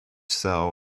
cell